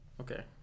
Okay